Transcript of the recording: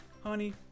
honey